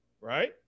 Right